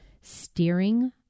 steering